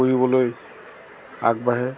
কৰিবলৈ আগবাঢ়ে